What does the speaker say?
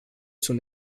sunt